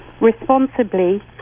responsibly